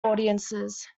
audiences